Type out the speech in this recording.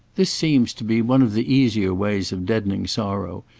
this seems to be one of the easier ways of deadening sorrow,